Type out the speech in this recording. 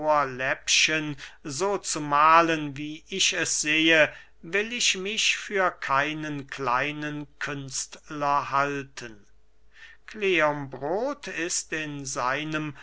ohrläppchen so zu mahlen wie ich es sehe will ich mich für keinen kleinen künstler halten kleombrot ist in seinem